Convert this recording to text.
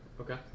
Okay